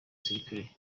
gisirikare